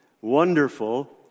wonderful